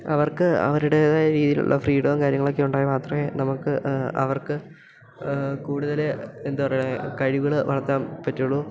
അവർക്ക് അവരുടേതായ രീതിയിലുള്ള ഫ്രീഡവും കാര്യങ്ങളൊക്കെ ഉണ്ടായെങ്കിൽ മാത്രമേ നമുക്ക് അവർക്ക് കൂടുതൽ എന്താ പറയുക കഴിവുകൾ വളർത്താൻ പറ്റുള്ളൂ